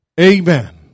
Amen